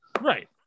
right